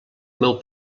meu